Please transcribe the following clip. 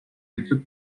méthode